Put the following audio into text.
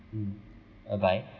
mm bye bye